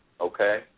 okay